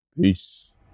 Peace